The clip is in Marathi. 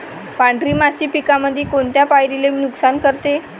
पांढरी माशी पिकामंदी कोनत्या पायरीले नुकसान करते?